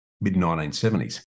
mid-1970s